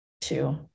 two